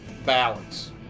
balance